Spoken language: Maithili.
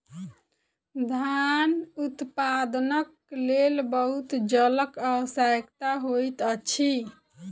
धान उत्पादनक लेल बहुत जलक आवश्यकता होइत अछि